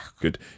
Good